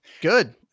Good